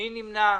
מי נמנע?